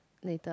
later